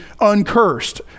uncursed